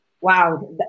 Wow